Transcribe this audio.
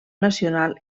nacional